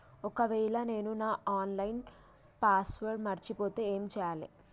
ఒకవేళ నేను నా ఆన్ లైన్ పాస్వర్డ్ మర్చిపోతే ఏం చేయాలే?